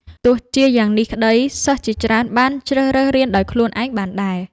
ទោះជាយ៉ាងនេះក្តី សិស្សជាច្រើនបានជ្រើសរើសរៀនដោយខ្លួនឯងបានដែរ។